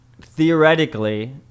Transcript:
theoretically